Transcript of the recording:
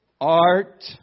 art